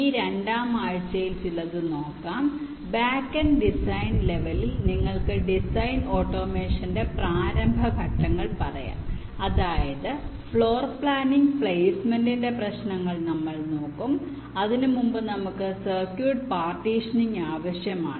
ഈ രണ്ടാം ആഴ്ചയിൽ ചിലത് നോക്കാം ബാക്കെൻഡ് ഡിസൈൻ ലെവലിൽ നിങ്ങൾക്ക് ഡിസൈൻ ഓട്ടോമേഷന്റെ പ്രാരംഭ ഘട്ടങ്ങൾ പറയാം അതായത് ഫ്ലോർ പ്ലാനിംഗ് പ്ലേസ്മെന്റിന്റെ പ്രശ്നങ്ങൾ നമ്മൾ നോക്കും അതിനുമുമ്പ് നമുക്ക് സർക്യൂട്ട് പാർട്ടീഷനിംഗ് ആവശ്യമാണ്